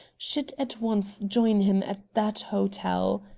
should at once join him at that hotel.